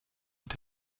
und